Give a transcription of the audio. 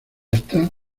estas